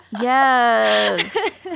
Yes